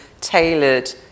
tailored